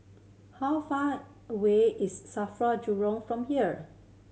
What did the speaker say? how far away is SAFRA Jurong from here